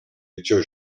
liceo